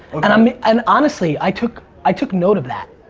and i mean and honestly, i took i took note of that.